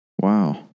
Wow